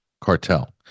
cartel